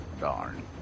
Darn